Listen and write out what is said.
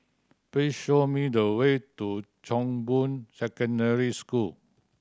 please show me the way to Chong Boon Secondary School